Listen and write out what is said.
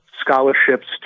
scholarships